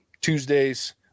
Tuesdays